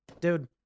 dude